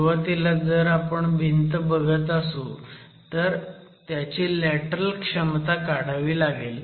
सुरुवातीला जर आपण भिंत बघत असू तर त्याची लॅटरल क्षमता काढावी लागेल